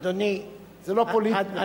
זה לא פוליטיקה.